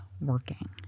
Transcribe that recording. working